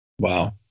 Wow